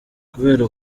kubera